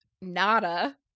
nada